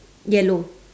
yellow